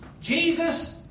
Jesus